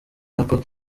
nako